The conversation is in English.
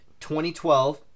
2012